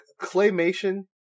claymation